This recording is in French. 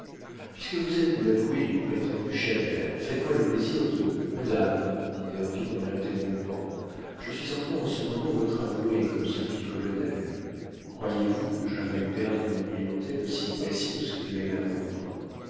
puisque vous êtes l'avoué du prétendu chabert faites-moi le plaisir de madame dit derville en l'interrompant je suis encore en ce moment votre avoué comme celui du colonel croyez-vous que je veuille perdre une clientèle aussi précieuse que l'est la vôtre